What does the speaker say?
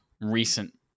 recent